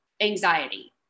anxiety